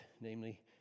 namely